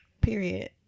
Period